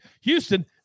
Houston